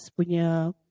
punya